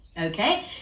Okay